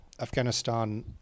Afghanistan